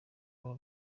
baba